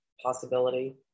possibility